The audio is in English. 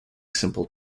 simple